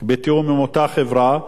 בתיאום עם אותה חברה,